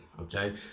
okay